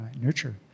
nurture